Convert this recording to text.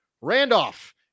Randolph